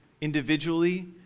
individually